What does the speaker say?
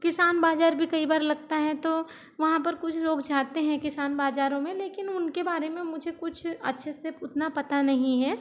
किसान बाजार भी कई बार लगता है तो वहाँ पर कुछ लोग जाते हैं किसान बाजारों में लेकिन उनके बारे में मुझे कुछ अच्छे से उतना पता नहीं है